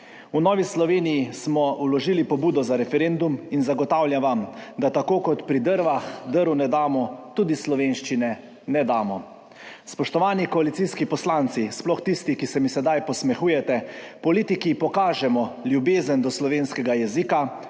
V Novi Sloveniji smo vložili pobudo za referendum in zagotavljam vam, da tako kot pri drveh, drv ne damo, tudi slovenščine ne damo. Spoštovani koalicijski poslanci, sploh tisti, ki se mi sedaj posmehujete. Politiki pokažemo ljubezen do slovenskega jezika,